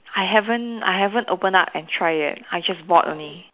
I haven't I haven't opened up and try yet I just bought only